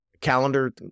calendar